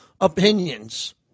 opinions –